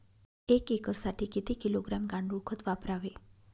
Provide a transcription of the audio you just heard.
एक एकरसाठी किती किलोग्रॅम गांडूळ खत वापरावे?